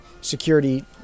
security